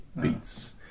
Beats